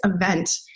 event